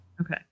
Okay